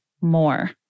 more